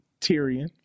Tyrion